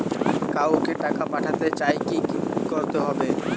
কাউকে টাকা পাঠাতে চাই কি করতে হবে?